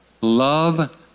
Love